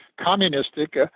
communistic